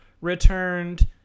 returned